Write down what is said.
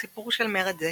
הסיפור של מרד זה